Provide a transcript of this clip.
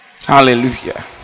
Hallelujah